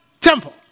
temple